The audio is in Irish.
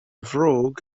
bhróg